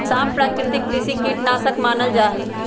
सांप प्राकृतिक कृषि कीट नाशक मानल जा हई